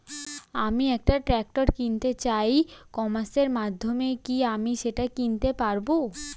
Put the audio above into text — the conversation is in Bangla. আমি একটা ট্রাক্টর কিনতে চাই ই কমার্সের মাধ্যমে কি আমি সেটা কিনতে পারব?